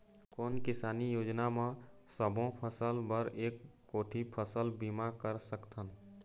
कोन किसानी योजना म सबों फ़सल बर एक कोठी फ़सल बीमा कर सकथन?